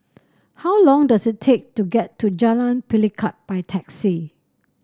how long does it take to get to Jalan Pelikat by taxi